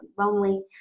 lonely